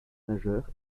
nageur